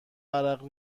عرق